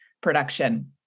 production